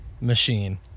machine